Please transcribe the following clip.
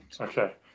Okay